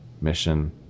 mission